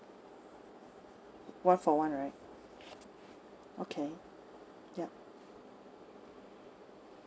one for one right okay yup